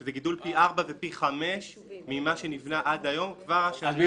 שזה גידול פי ארבעה ופי חמישה ממה שנבנה עד היום כבר השנה.